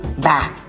Bye